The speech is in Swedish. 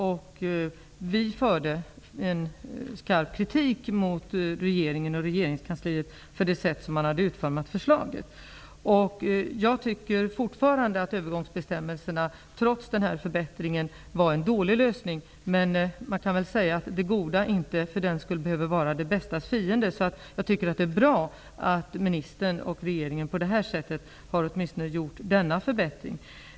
Vi riktade en skarp kritik mot regeringen och regeringskansliet för det sätt som man hade utformat förslaget. Jag tycker fortfarande att övergångsbestämmelserna, trots den här förbättringen, var en dålig lösning. Men det goda behöver ju för den skull inte vara det bästas fiende. Det är därför bra att ministern och regeringen på det här sättet åtminstone har genomfört denna förbättring.